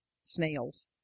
Snails